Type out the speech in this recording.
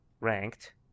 ranked